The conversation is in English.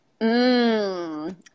Mmm